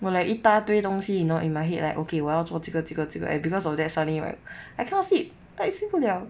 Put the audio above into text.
will like 一大堆东西 you know in my head like okay 我要做这个这个这个 and because of that suddenly right I cannot sleep like 睡不了